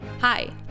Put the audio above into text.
Hi